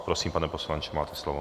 Prosím, pane poslanče, máte slovo.